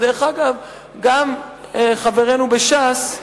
דרך אגב, גם חברינו בש"ס,